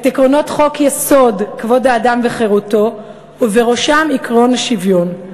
את עקרונות חוק-יסוד: כבוד האדם וחירותו ובראשם עקרון השוויון,